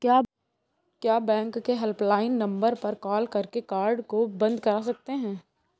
क्या बैंक के helpline number पर कॉल करके कार्ड को बंद करा सकते हैं?